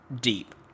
deep